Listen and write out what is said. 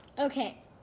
Okay